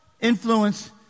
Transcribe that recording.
influence